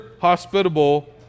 hospitable